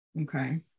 Okay